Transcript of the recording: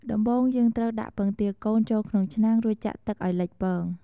ដំបូងយើងត្រូវ ដាក់ពងទាកូនចូលក្នុងឆ្នាំង រួចចាក់ទឹកឱ្យលិចពង។